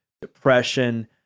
depression